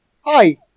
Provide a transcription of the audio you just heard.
Hi